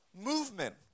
movement